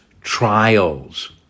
trials